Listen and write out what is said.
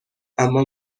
اما